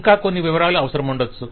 ఇంకా కొన్ని వివరాలు అవసరముండవచ్చు